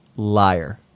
liar